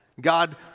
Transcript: God